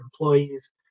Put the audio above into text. employees